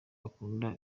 akunda